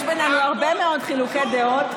יש בינינו הרבה מאוד חילוקי דעות,